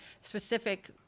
specific